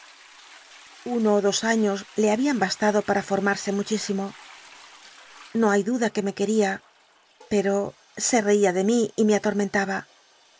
ó dos años le habían bastado para formarse muchísimo ño hay duda que me quería pero se cia de mi y me atomentaba